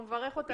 הוא מברך אותנו.